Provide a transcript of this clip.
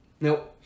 nope